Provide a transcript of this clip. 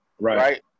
right